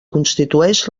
constitueix